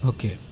Okay